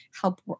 help